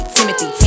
Timothy